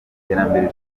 iterambere